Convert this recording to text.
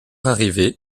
arrivée